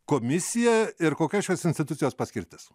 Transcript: komisija ir kokia šios institucijos paskirtis